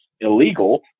illegal